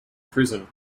prison